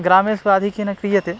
ग्रामेषु आधिक्येन क्रियते